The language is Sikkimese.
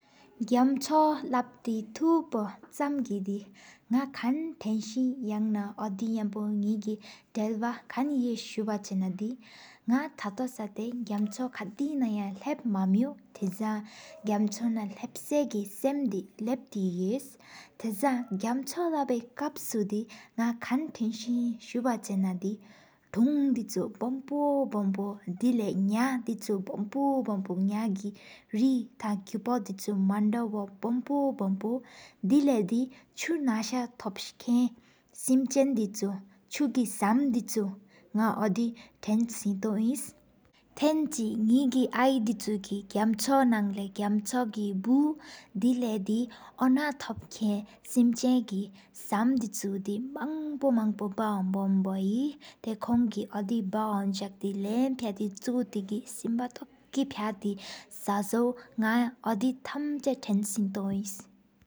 གམཆོ་ལབ་ཏི་ཐོ་པོ་ཆམ་དེ་གི། ནག་ཁན་ཐེ་སི་ཡ་ན་ཨོ་དེ་ནམ་པོ། ནག་དལ་བ་ཀན་ཧེ་སུ་བ་སུ་ན་དེ། ནག་ཐ་ཐུབ་སང་གམཆོ་ཁ་ཏི་ན་ཡ། ལབ་དམེ་ཡོ་དེ་སང་ནག་ལོ་གམཆོ། ན་གུ་ས་སེམ་དི་ལབ་ཏི་ཡེག། དེ་སང་གམཆོ་ལ་བི་ཀབ་སོ་དི། ནག་ཁན་ཐེན་སེ་སུ་བ་ཆེ་ན་དི། ཐུང་དེ་ཆུ་བམ་པོ་བམ་པོ་དེ་ལ། ནེཀ་དི་ཆུ་བམ་པོ་བམ་པོ་ཐང་ནེཀ་གི། རིཀ་གུ་པོ་དི་ཆུ་དམ་དྭོ་བམ་པོ་བམ་པོ། དེ་ལེ་དེ་ཆུ་ནང་ས་ཐོབ་ཀེན། སམ་ཆན་དི་ཆུ་ཆུ་གི་སམ་དི་ཆུ། ནག་ཨོ་དེ་ཐན་སིན་ཏོ་ཨིན། ཐེན་ཆི་ནགི་ཨ་ཡི་དི་ཆུ་གི་གམཆོ། ནགྔ་ལེ་པུ་དེ་ལེ་དེ་ཨོ་ན་ཐོབ་ཀེན། སེམ་ཆན་གི་སམ་དི་ཆུ་དེ་མང་པོ་མང་པོ། བཀ་ཧོན་ཧོན་བོ་ཧེ་ཏེ་ཀོང་གི་ཨོ་དེ་བཀ་ཧོན། ཟག་ཏེ་གི་ལམ་ཕལ་ཏེ་གི་སིམ་བ་ཏོཀ་གི་ཕྱ། ཏེ་གི་ས་ཟོའི་ནག་ཨོ་དེ་ཐམ་ཆ་ཐེན་སིན་ཏོ་ཨིན།